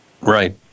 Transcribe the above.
Right